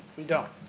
we don't.